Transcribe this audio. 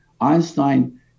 Einstein